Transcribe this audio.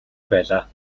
байлаа